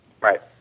Right